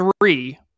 three